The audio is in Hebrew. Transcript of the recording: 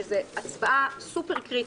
שזאת הצבעה סופר קריטית,